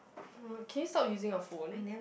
uh can you stop using your phone